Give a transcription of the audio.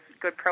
good